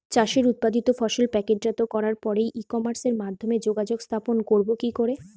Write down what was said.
চাষের উৎপাদিত ফসল প্যাকেটজাত করার পরে ই কমার্সের সাথে যোগাযোগ স্থাপন করব কি করে?